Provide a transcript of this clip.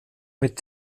mit